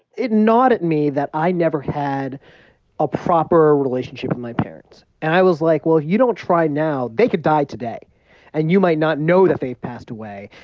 it gnawed at me that i never had a proper relationship with my parents. and i was like, well, if you don't try now, they could die today and you might not know that they passed away,